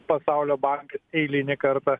pasaulio bankas eilinį kartą